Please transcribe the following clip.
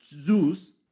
Zeus